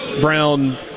brown